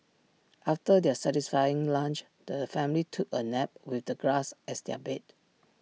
after their satisfying lunch the family took A nap with the grass as their bed